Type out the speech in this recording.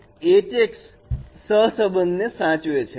તો Hx સહસબંધ ને સાચવે છે